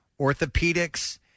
Orthopedics